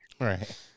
Right